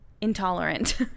Intolerant